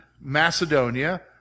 Macedonia